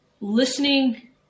listening